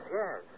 yes